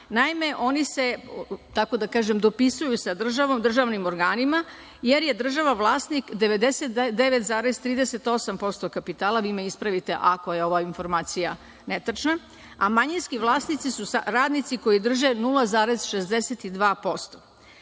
Naime, oni se dopisuju sa državom, državnim organima, jer je država vlasnik 99,38% kapitala, vi me ispravite ako je ova informacija netačna, a manjinski vlasnici su radnici koji drže 0,62%.